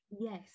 Yes